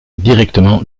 directement